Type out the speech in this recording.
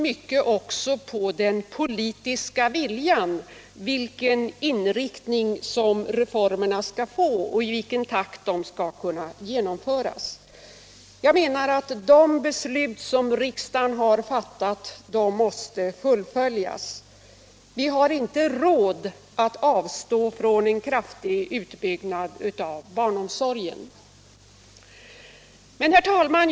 Men vilken inriktning reformerna skall få och i vilken takt de skall genomföras beror också väldigt mycket på den politiska viljan. De beslut som riksdagen har fattat måste fullföljas. Vi har inte råd att avstå från en kraftig utbyggnad av barnomsorgen. Herr talman!